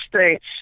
States